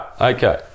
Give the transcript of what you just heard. okay